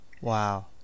Wow